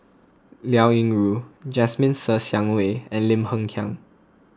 Liao Yingru Jasmine Ser Xiang Wei and Lim Hng Kiang